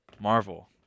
Marvel